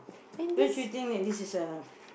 don't you think that this is a